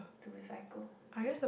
to recycle ya